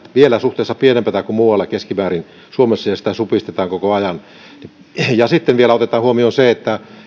vielä suhteessa pienempää kuin muualla suomessa keskimäärin ja sitä supistetaan koko ajan sitten vielä otetaan huomioon se että